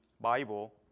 Bible